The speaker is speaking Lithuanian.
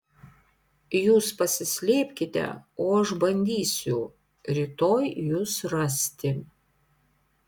jūs pasislėpkite o aš bandysiu rytoj jus rasti